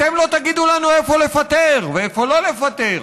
אתם לא תגידו לנו איפה לפטר ואיפה לא לפטר,